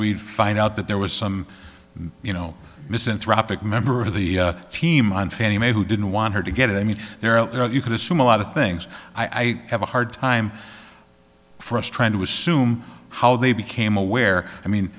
we'd find out that there was some you know misanthropic member of the team on fannie mae who didn't want her to get it i mean they're out there you can assume a lot of things i have a hard time for us trying to assume how they became aware i mean